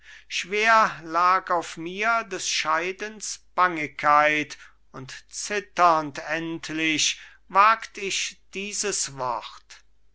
schwer lag auf mir des scheidens bangigkeit und zitternd endlich wagt ich dieses wort